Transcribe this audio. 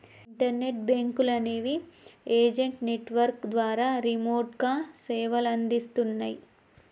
internet బ్యేంకులనేవి agent network ద్వారా రిమోట్గా సేవలనందిస్తన్నయ్